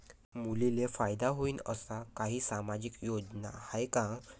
मुलींले फायदा होईन अशा काही सामाजिक योजना हाय का?